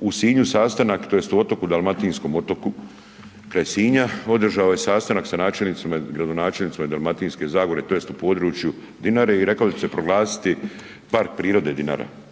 u Sinju sastanak tj. u Otoku, dalmatinskom Otoku kraj Sinja, održao je sastanak sa načelnicima i gradonačelnicima iz Dalmatinske zagore tj. u području Dinare i rekao da će se proglasiti park prirode Dinara.